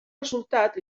resultat